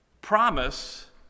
promise